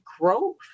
growth